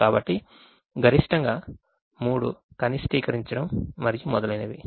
కాబట్టి గరిష్టంగా 3 కనిష్టీకరించడం మరియు మొదలైనవి